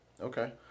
Okay